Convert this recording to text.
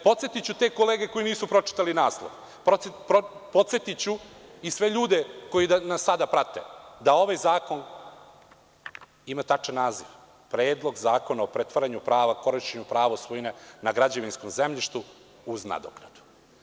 Podsetiću te kolege koje nisu pročitale naslov, podsetiću i sve ljude koji nas sada prate da ovaj zakon ima tačan naziv – Predlog zakona o pretvaranju prava korišćenja u pravo svojine na građevinskom zemljištu uz nadoknadu.